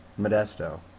Modesto